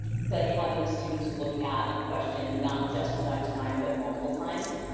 but having the students look at a question, not just one time but multiple times,